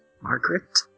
Margaret